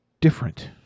different